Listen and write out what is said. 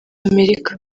amerika